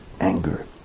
anger